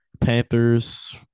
Panthers